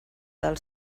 del